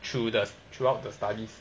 through the throughout the studies